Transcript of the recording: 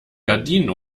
gardinen